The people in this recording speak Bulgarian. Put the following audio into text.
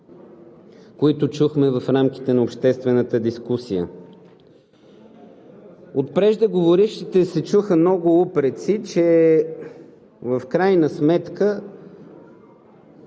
които чухме в рамките на обществената дискусия. От преждеговорившите се чуха много упреци, че в крайна сметка,